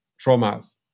traumas